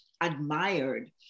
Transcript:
admired